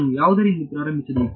ನಾನು ಯಾವುದರಿಂದ ಪ್ರಾರಂಭಿಸಬೇಕು